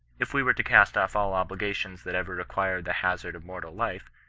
if we were to cast off all obligations that ever required the hazard of mortal life,